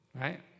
right